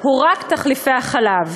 הוא תחליפי החלב.